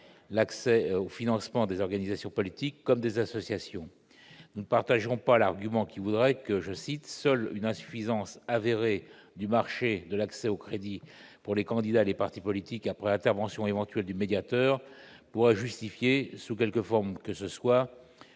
l'accès au financement des organisations politiques comme des associations. Nous ne souscrivons pas à l'argument selon lequel « seule une insuffisance avérée du marché de l'accès au crédit pour les candidats et les partis politiques, après intervention éventuelle du médiateur, pourrait justifier sous quelque forme que ce soit